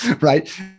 right